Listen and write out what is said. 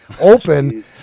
open